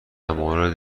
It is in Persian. مورد